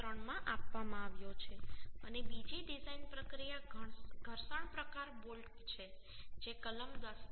3 માં આપવામાં આવ્યો છે અને બીજી ડિઝાઇન પ્રક્રિયા ઘર્ષણ પ્રકાર બોલ્ટ છે જે કલમ 10